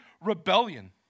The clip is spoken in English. rebellion